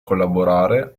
collaborare